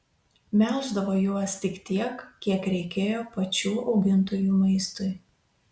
melždavo juos tik tiek kiek reikėjo pačių augintojų maistui